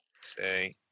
Say